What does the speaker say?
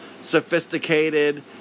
sophisticated